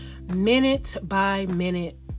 minute-by-minute